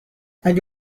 اگه